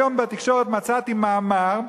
היום בתקשורת מצאתי מאמר,